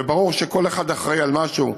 וברור שכל אחד אחראי למשהו,